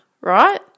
right